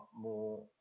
more